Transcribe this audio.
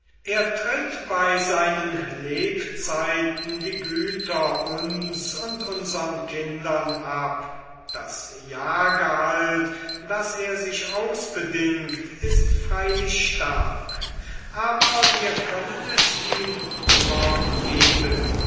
er tritt bei seinen lebzeiten die güter uns und unsern kindern ab das jahrgehalt das er sich ausbedingt ist freilich stark aber wir können es ihm immer geben